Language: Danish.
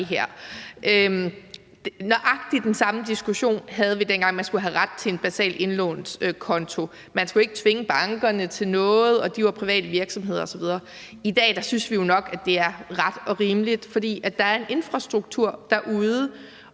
Nøjagtig den samme diskussion havde vi, dengang man skulle have ret til en basal indlånskonto; man skulle ikke tvinge bankerne til noget, og de var private virksomheder osv. I dag synes vi jo nok, at det er ret og rimeligt, fordi der er en infrastruktur derude.